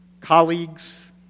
colleagues